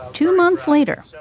two months later,